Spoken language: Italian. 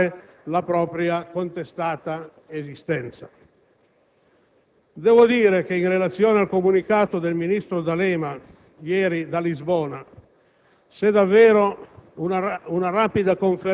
ed anche ad autocertificare la propria contestata esistenza. In relazione al comunicato del ministro D'Alema rilasciato